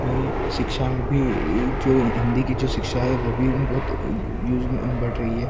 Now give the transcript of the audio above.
वहीं शिक्षा में भी जो हिन्दी की जो शिक्षा है वह भी बहुत यूज़ में बढ़ रही है